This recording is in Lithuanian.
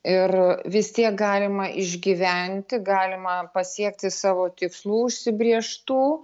ir vis tiek galima išgyventi galima pasiekti savo tikslų užsibrėžtų